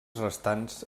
restants